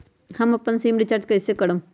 हम अपन SIM recharge कइसे करम?